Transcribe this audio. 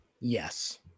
Yes